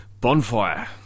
bonfire